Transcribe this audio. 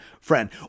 friend